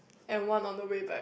and one on the way back